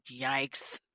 yikes